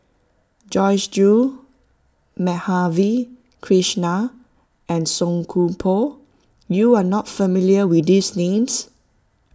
Joyce Jue Madhavi Krishnan and Song Koon Poh you are not familiar with these names